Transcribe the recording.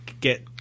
get